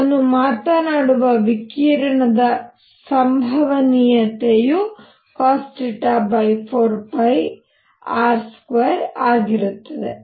ನಾನು ಮಾತನಾಡುವ ವಿಕಿರಣದ ಸಂಭವನೀಯತೆಯು cosθ4πr2 ಆಗಿರುತ್ತದೆ